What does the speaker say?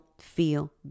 feel